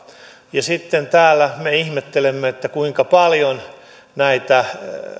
sitten täällä me ihmettelemme kuinka paljon näitä